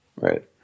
Right